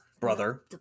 Brother